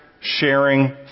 sharing